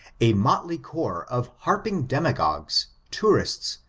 a motlej corps of harping demagogues, tourists,